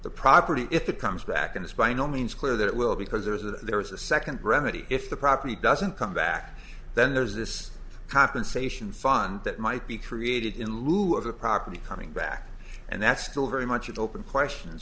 the property if it comes back and it's by no means clear that it will because there's a there is a second remedy if the property doesn't come back then there's this compensation fund that might be created in lieu of the property coming back and that's still very much an open question